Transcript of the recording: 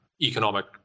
economic